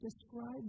describes